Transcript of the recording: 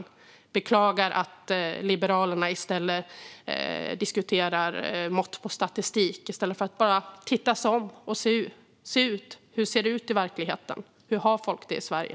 Jag beklagar att Liberalerna diskuterar mått på statistik i stället för att titta sig om och se hur det ser ut i verkligheten. Hur har folk det i Sverige?